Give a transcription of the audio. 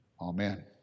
Amen